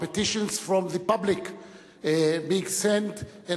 petitions from the public being sent and